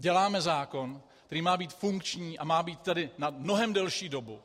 Děláme zákon, který má být funkční a má být na mnohem delší dobu.